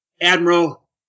admiral